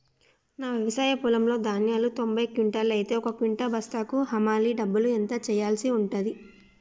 నా వ్యవసాయ పొలంలో ధాన్యాలు తొంభై క్వింటాలు అయితే ఒక క్వింటా బస్తాకు హమాలీ డబ్బులు ఎంత ఇయ్యాల్సి ఉంటది?